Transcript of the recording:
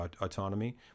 autonomy